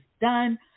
done